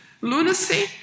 lunacy